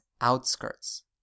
outskirts